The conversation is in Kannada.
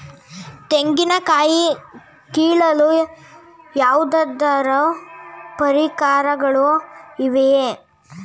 ತೆಂಗಿನ ಕಾಯಿ ಕೀಳಲು ಯಾವುದಾದರು ಪರಿಕರಗಳು ಇವೆಯೇ?